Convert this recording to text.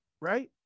right